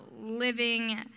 living